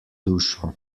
dušo